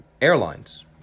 airlines